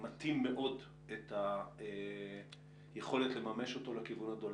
מטים מאוד את היכולת לממש אותו לכיוון הדולרי.